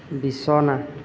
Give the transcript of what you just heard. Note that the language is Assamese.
বিছনা